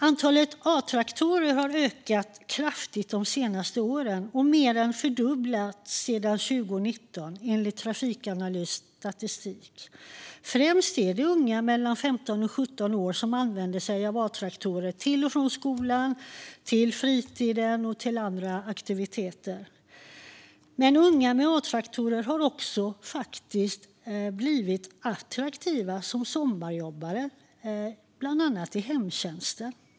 Antalet A-traktorer har ökat kraftigt de senaste åren och mer än fördubblats sedan 2019, enligt Trafikanalys statistik. Främst är det unga mellan 15 och 17 år som använder sig av A-traktorer för att ta sig till och från skolan och aktiviteter på fritiden. Men unga med A-traktorer har faktiskt också blivit attraktiva som sommarjobbare, bland annat i hemtjänsten.